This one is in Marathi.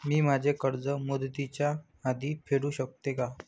मी माझे कर्ज मुदतीच्या आधी फेडू शकते का?